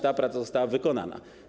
Ta praca została wykonana.